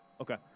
Okay